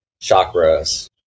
chakras